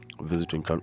visiting